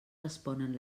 responen